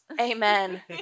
Amen